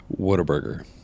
Whataburger